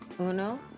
Uno